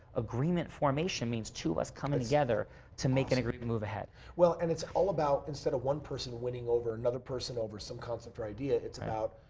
agreement formation means to us coming together to make an agreement to move ahead. well. and it's all about instead of one person winning over another person over some concept or idea, it's about,